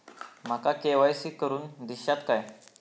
माका के.वाय.सी करून दिश्यात काय?